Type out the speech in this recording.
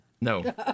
No